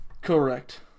Correct